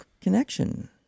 connection